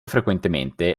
frequentemente